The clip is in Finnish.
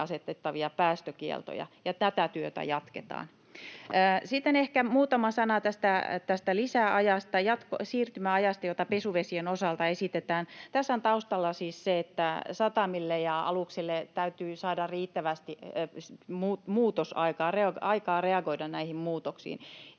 asetettavia päästökieltoja, ja tätä työtä jatketaan. Sitten ehkä muutama sana tästä lisäajasta, siirtymäajasta, jota pesuvesien osalta esitetään. Tässä on taustalla siis se, että satamille ja aluksille täytyy saada riittävästi muutosaikaa, aikaa reagoida näihin muutoksiin.